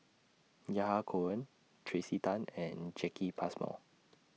Yahya Cohen Tracey Tan and Jacki Passmore